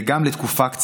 וגם השר כץ,